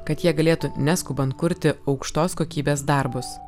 kad jie galėtų neskubant kurti aukštos kokybės darbus